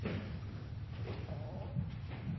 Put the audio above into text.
statsråd